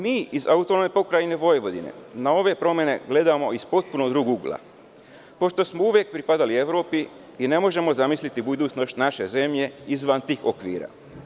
Mi iz AP Vojvodine na ove promene gledamo iz potpuno drugog ugla, pošto smo uvek pripadali Evropi i ne možemo zamisliti budućnost naše zemlje izvan tih okvira.